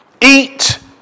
Eat